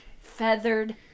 feathered